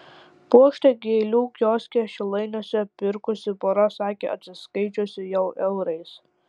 puokštę gėlių kioske šilainiuose pirkusi pora sakė atsiskaičiusi jau eurais